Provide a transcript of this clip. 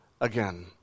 Again